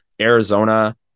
Arizona